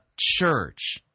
church